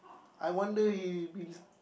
I wonder he been